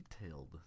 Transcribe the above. detailed